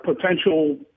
potential